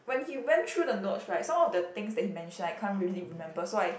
when he went through the notes right some of the things that he mention I can't really remember so I